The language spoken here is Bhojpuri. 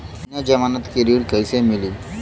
बिना जमानत के ऋण कईसे मिली?